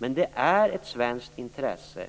Men det är ett svenskt intresse